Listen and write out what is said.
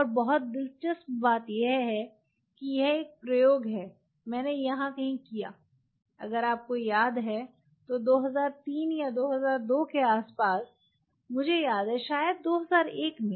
और बहुत दिलचस्प बात यह है कि यह एक प्रयोग है मैंने यहां कहीं किया अगर आपको याद है तो 2003 या 2002 के आसपास मुझे याद है शायद 2001 में